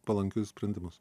palankius sprendimus